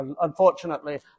unfortunately